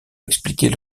expliquer